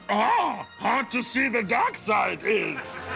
ah ah to see the dark side is.